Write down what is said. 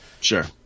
sure